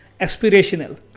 aspirational